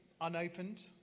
unopened